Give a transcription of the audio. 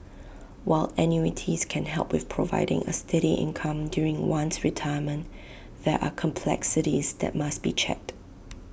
while annuities can help with providing A steady income during one's retirement there are complexities that must be checked